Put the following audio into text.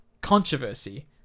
controversy